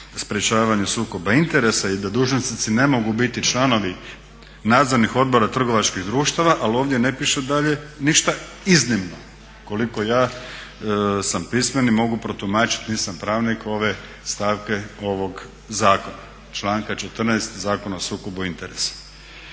sprječavanju sukoba interesa i da dužnosnici ne mogu biti članovi nadzornih odbora trgovačkih društava, ali ovdje ne piše dalje ništa iznimno koliko ja sam pismeni i mogu protumačiti, nisam pravnik, ove stavke ovog zakona, članka 14. Zakona o sukobu interesa.